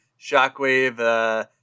Shockwave